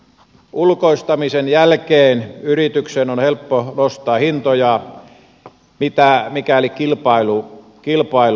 ulkoistamisen jälkeen yrityksen on helppo nostaa hintoja mikäli kilpailua ei ole